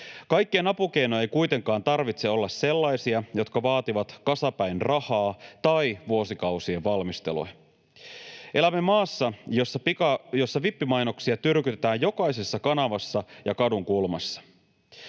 Kaikkien apukeinojen ei kuitenkaan tarvitse olla sellaisia, jotka vaativat kasapäin rahaa tai vuosikausien valmistelua. Elämme maassa, jossa vippimainoksia tyrkytetään jokaisessa kanavassa ja kadunkulmassa.